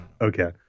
Okay